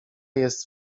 jest